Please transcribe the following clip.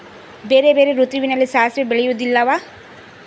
ಬೇರೆ ಬೇರೆ ಋತುವಿನಲ್ಲಿ ಸಾಸಿವೆ ಬೆಳೆಯುವುದಿಲ್ಲವಾ?